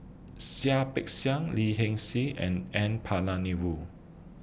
Seah Peck Seah Lee Hee Seng and N Palanivelu